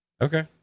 Okay